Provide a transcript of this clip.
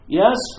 yes